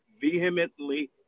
vehemently